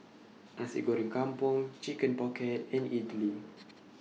Nasi Goreng Kampung Chicken Pocket and Idly